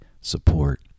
support